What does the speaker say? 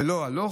ולא הלוך.